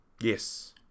Yes